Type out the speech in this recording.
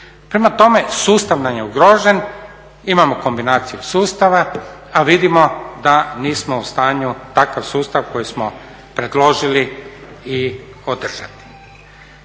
Prema tome, sustav nam je ugrožen, imamo kombinaciju sustava, a vidimo da nismo u stanju takav sustav koji smo predložili i održati.